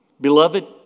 Beloved